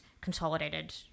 consolidated